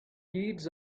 deeds